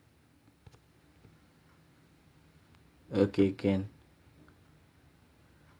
okay can